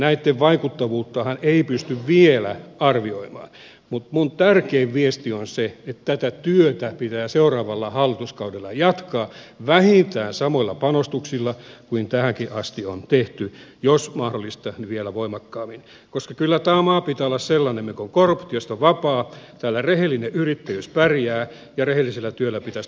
näitten vaikuttavuuttahan ei pysty vielä arvioimaan mutta minun tärkein viestini on se että tätä työtä pitää seuraavalla hallituskaudella jatkaa vähintään samoilla panostuksilla kuin tähänkin asti on tehty jos mahdollista niin vielä voimakkaammin koska kyllä tämän maan pitää olla sellainen mikä on korruptiosta vapaa täällä rehellinen yrittäjyys pärjää ja rehellisellä työllä pitäisi tulla toimeen